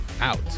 out